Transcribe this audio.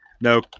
No